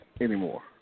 anymore